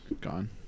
Gone